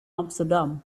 amsterdam